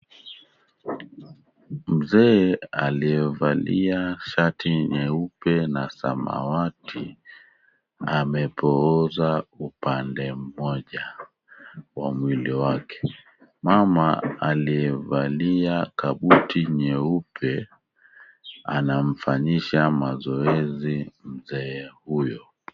Mzee aliye valia shati nyeupe na samawati na amepooza upande mmoja wa mwili wake. Mama aliye valia kabuti nyeupe anamfanyisha mazoezi mzee huyo.